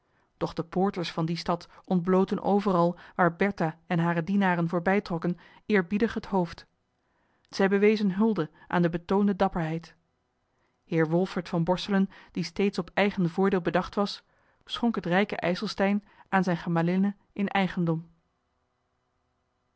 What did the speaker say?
doch de poorters van die stad ontblootten overal waar bertha en hare dienaren voorbijtrokken eerbiedig het hoofd zij bewezen hulde aan de betoonde dapperheid heer wolfert van borselen die steeds op eigen voordeel bedacht was schonk het rijke ijselstein aan zijne gemalinne in eigendom